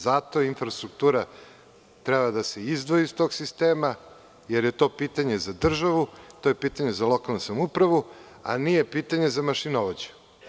Zato infrastruktura treba da se izdvoji iz tog sistema, jer je to pitanje za državu, to je pitanje za lokalnu samoupravu, a nije pitanje za mašinovođe.